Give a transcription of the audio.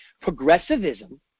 Progressivism